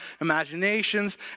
imaginations